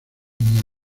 miami